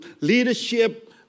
leadership